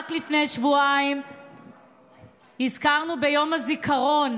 רק לפני שבועיים הזכרנו ביום הזיכרון,